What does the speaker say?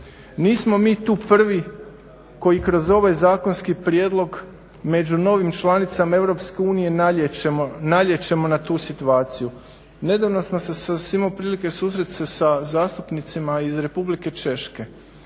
Nismo mi tu prvi koji kroz ovaj zakonski prijedlog među novim članicama EU nalijećemo na tu situaciju. Nedavno sam se imao prilike susrest se sa zastupnicima iz Republike Češke.